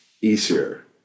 easier